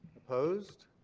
opposed?